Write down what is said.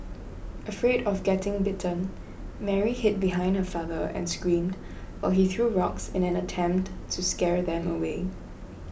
afraid of getting bitten Mary hid behind her father and screamed while he threw rocks in an attempt to scare them away